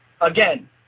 Again